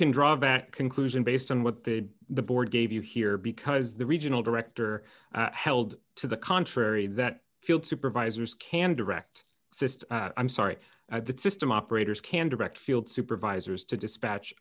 can draw back conclusion based on what the the board gave you here because the regional director held to the contrary that field supervisors can direct sr i'm sorry at that system operators can direct field supervisors to dispatch